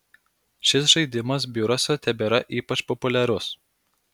šis žaidimas biuruose tebėra ypač populiarus